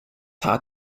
hard